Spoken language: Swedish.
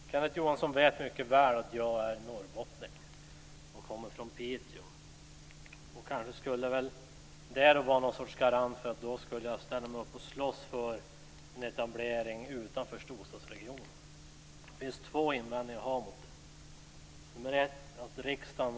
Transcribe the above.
Fru talman! Kenneth Johansson vet mycket väl att jag är norrbottning och kommer från Piteå. Kanske skulle det då vara någon sorts garanti för att jag skulle ställa mig upp och slåss för en etablering utanför storstadsregionerna. Det är två invändningar som jag har mot det.